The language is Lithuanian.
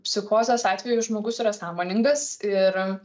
psichozės atveju žmogus yra sąmoningas ir